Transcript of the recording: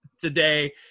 today